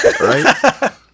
right